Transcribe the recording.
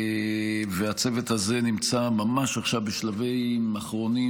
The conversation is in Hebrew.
והצוות הזה נמצא ממש עכשיו בשלבים אחרונים,